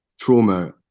trauma